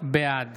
בעד